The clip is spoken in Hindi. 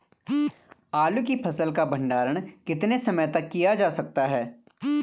आलू की फसल का भंडारण कितने समय तक किया जा सकता है?